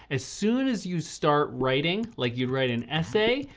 as soon as you start writing like you'd write an essay,